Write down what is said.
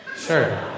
Sure